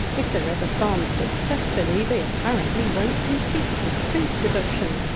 if they're ever farmed successfully they apparently won't compete with food production,